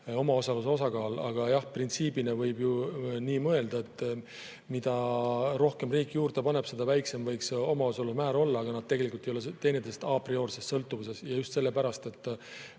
omaosaluse osakaal. Jah, printsiibina võib ju nii mõelda, et mida rohkem riik juurde paneb, seda väiksem võiks see omaosaluse määr olla, aga nad tegelikult ei ole teineteisest aprioorses sõltuvuses, just sellepärast, et